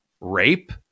rape